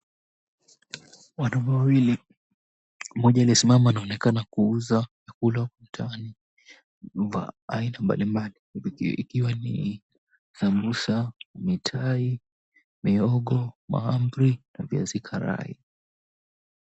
Wanaume wawili, mmoja aliyesimama anaonekana kuuza chakula mtaani vya aina mbalimbali vikiwa ni sambusa, mitai, mihogo, mahamri na viazi karai.